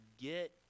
get